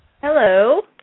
Hello